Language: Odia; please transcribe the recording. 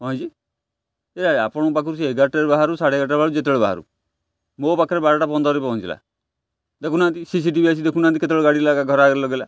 କଁ ହେଇଛି ଏ ଏ ଆପଣଙ୍କ ପାଖରୁ ସେ ଏଗାରଟାରେ ବାହାରୁ ସାଢ଼େ ଏଗାରଟାରେ ବାହାରୁ ଯେତେବେଳେ ବାହାରୁ ମୋ ପାଖରେ ବାରଟା ପନ୍ଦରରେ ପହଞ୍ଚିଲା ଦେଖୁନାହାନ୍ତି ସି ସି ଟି ଭି ଆସି ଦେଖୁନାହାନ୍ତି କେତେବେଳେ ଗାଡ଼ି ଘର ଆଗରେ ଲଗାଇଲା